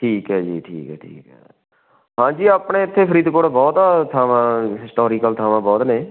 ਠੀਕ ਹੈ ਜੀ ਠੀਕ ਹੈ ਠੀਕ ਹੈ ਹਾਂਜੀ ਆਪਣੇ ਇੱਥੇ ਫਰੀਦਕੋਟ ਬਹੁਤ ਥਾਵਾਂ ਹਿਸਟੋਰੀਕਲ ਥਾਵਾਂ ਬਹੁਤ ਨੇ